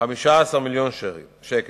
15 מיליון שקלים.